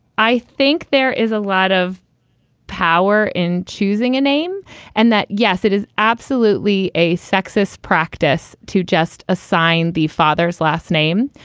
i think there is a lot of power in choosing a name and that yes, it is absolutely a sexist practice to just assign the father's last name.